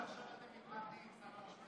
תודה, אדוני.